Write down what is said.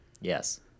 Yes